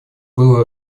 было